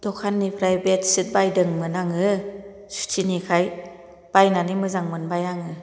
दखान निफ्राय बेदसित बायदोंमोन आंङो सुतिनिखाय बायनानै मोजां मोनबाय आंङो